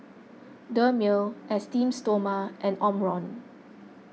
Dermale Esteem Stoma and Omron